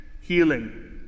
healing